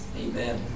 Amen